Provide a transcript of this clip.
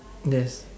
yes